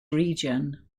region